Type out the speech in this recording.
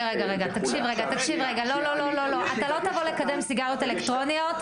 אתה לא תבוא לקדם סיגריות אלקטרוניות.